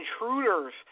intruders